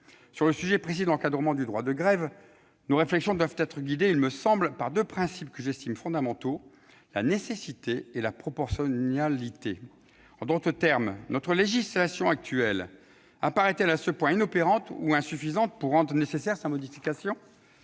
Sur le sujet précis de l'encadrement du droit de grève, nos réflexions doivent être guidées, il me semble, par deux principes que j'estime fondamentaux : la nécessité et la proportionnalité. En d'autres termes, notre législation actuelle apparaît-elle à ce point inopérante ou insuffisante pour que sa modification